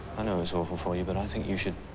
i know it's awful for you but i think you should.